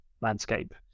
landscape